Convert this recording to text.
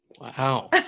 wow